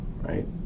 right